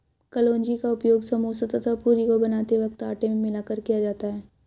कलौंजी का उपयोग समोसा तथा पूरी को बनाते वक्त आटे में मिलाकर किया जाता है